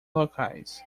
locais